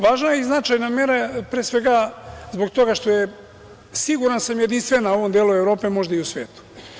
Važna je i značajna mera pre svega zbog toga što je, siguran sam, jedinstvena u ovom delu Evrope a možda i u svetu.